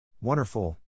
Wonderful